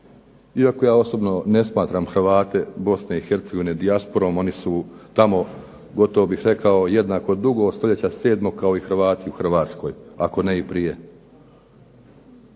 iako ja osobno ne smatram Hrvate Bosne i Hercegovine dijasporom. Oni su tamo gotovo bih rekao jednako dugo od stoljeća sedmog kao i Hrvati u Hrvatskoj, ako ne i prije.